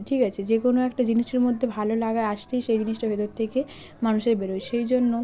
ঠিক আছে যে কোনো একটা জিনিসের মধ্যে ভালো লাগা আসলেই সে জিনিসটা ভেতর থেকে মানুষের বেরোয় সেই জন্য